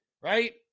Right